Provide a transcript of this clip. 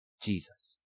Jesus